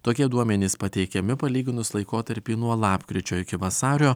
tokie duomenys pateikiami palyginus laikotarpį nuo lapkričio iki vasario